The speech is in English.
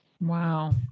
Wow